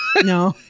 No